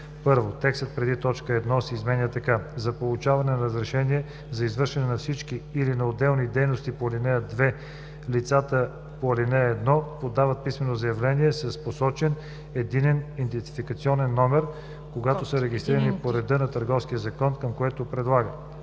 1. Текстът преди т. 1 се изменя така: „За получаване на разрешение за извършване на всички или на отделни дейности по ал. 2 лицата по ал. 1 подават писмено заявление, с посочен Единен идентификационен код (ЕИК), когато са регистрирани по реда на Търговския закон, към което прилагат:“.